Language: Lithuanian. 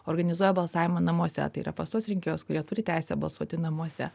organizuoja balsavimą namuose tai yra pas tuos rinkėjus kurie turi teisę balsuoti namuose